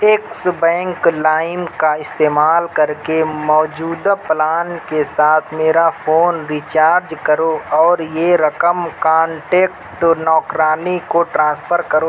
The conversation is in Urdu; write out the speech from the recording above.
ایکس بینک لائم کا استعمال کر کے موجودہ پلان کے ساتھ میرا فون ری چارج کرو اور یہ رقم کانٹیکٹ نوکرانی کو ٹراسفر کرو